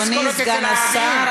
אדוני סגן השר.